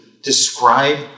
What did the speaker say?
Describe